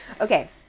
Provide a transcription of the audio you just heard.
Okay